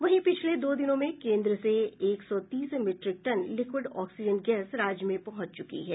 वहीं पिछले दो दिनों में केन्द्र से एक सौ तीस metric ton liquid oxygen gas राज्य में पहुंच चुकी है